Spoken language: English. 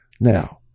Now